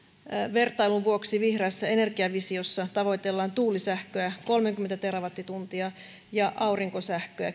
vertailun vuoksi vihreässä energiavisiossa tavoitellaan tuulisähköä kolmekymmentä terawattituntia ja aurinkosähköä